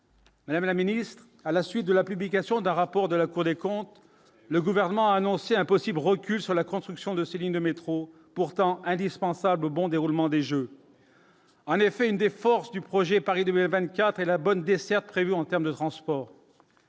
Madame la ministre, à la suite de la publication d'un rapport de la Cour des comptes, le gouvernement a annoncé un possible recul sur la construction de ces lignes de métro, pourtant indispensables au bon déroulement des Jeux en effet une des forces du projet Paris 2024 et la bonne desserte prévue en terme de transport.